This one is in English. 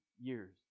years